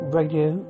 radio